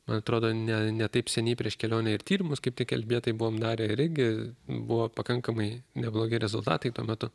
man atrodo ne ne taip seniai prieš kelionę ir tyrimus kaip tik elžbietai buvom darę ir irgi buvo pakankamai neblogi rezultatai tuo metu